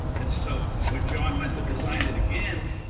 and so when john went to design it again,